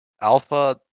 Alpha